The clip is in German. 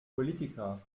politiker